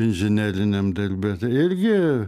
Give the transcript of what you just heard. inžineriniam darbe irgi